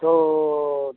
तो